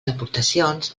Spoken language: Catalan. aportacions